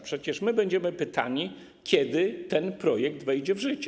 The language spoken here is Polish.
Przecież my będziemy pytani, kiedy ten projekt wejdzie w życie.